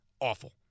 awful